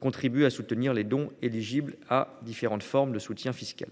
contribuent à soutenir les dons éligibles à ces différentes formes de soutien fiscal.